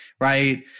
right